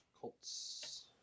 Colts